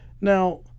Now